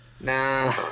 Nah